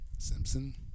Simpson